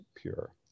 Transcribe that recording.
pure